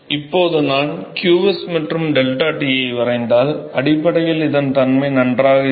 இப்போது நான் qs மற்றும் 𝜟T ஐ வரைந்தால் அடிப்படையில் இதன் தன்மை நன்றாக உள்ளது